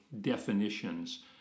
definitions